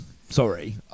Sorry